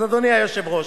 אדוני היושב-ראש,